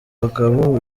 abagabo